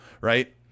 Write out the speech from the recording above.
Right